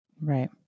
Right